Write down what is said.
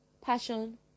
passion